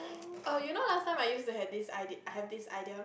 oh you know last time I used to have this idea~ I have this idea